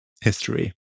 history